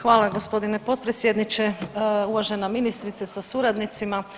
Hvala g. potpredsjedniče, uvažena ministrice sa suradnicima.